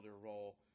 role